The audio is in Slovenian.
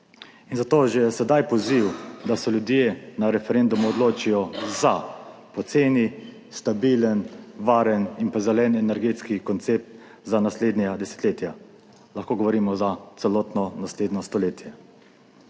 zato že sedaj poziv, da se ljudje na referendumu odločijo za poceni, stabilen, varen in zeleni energetski koncept za naslednja desetletja, lahko govorimo za celotno naslednje stoletje.